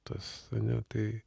tas ane tai